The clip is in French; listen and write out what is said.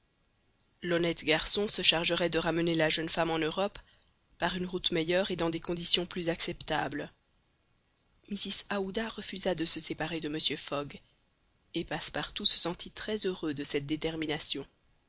l'honnête garçon se chargerait de ramener la jeune femme en europe par une route meilleure et dans des conditions plus acceptables mrs aouda refusa de se séparer de mr fogg et passepartout se sentit très heureux de cette détermination